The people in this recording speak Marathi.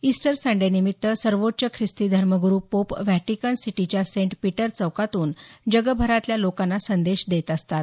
ईस्टर संडे निमित्त सर्वोच्च ख्रिस्ती धर्मगुरू पोप व्हॅटिकन सिटीच्या सेंट पीटर चौकातून जगभरातल्या लोकांना संदेश देत असतात